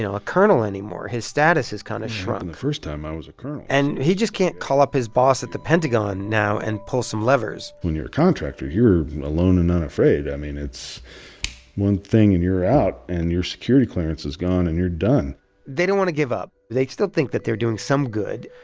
you know ah anymore. his status has kind of shrunk the first time, i was a colonel and he just can't call up his boss at the pentagon now and pull some levers when you're a contractor, you're alone and unafraid. i mean, it's one thing and you're out, and your security clearance is gone, and you're done they don't want to give up. they still think that they're doing some good.